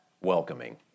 Welcoming